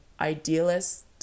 idealist